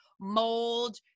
mold